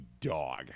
dog